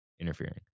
interfering